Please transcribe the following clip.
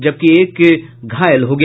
जबकि एक घायल हो गया